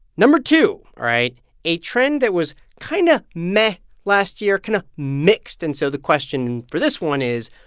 number two all right a trend that was kind of meh last year, kind of mixed and so the question for this one is,